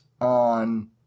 on